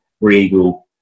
Regal